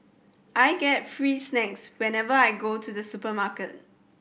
I get free snacks whenever I go to the supermarket